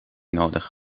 nodig